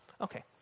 Okay